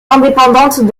indépendantes